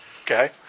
okay